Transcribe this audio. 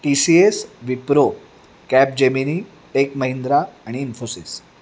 T C S Wipro Capgemini Tech Mahindra आणि इन्फोसिस